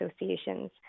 associations